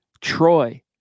Troy